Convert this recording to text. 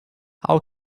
how